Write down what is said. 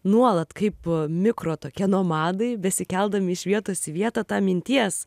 nuolat kaip mikro tokie nuomadai besikeldami iš vietos į vietą tą minties